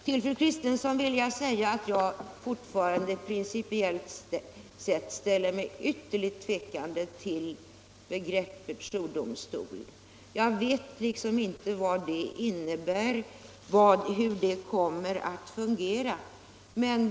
Till fru Kristensson vill jag säga att jag fortfarande principiellt ställer mig ytterligt tvekande inför begreppet jourdomstol. Jag vet inte vad det innebär och hur det kommer att fungera.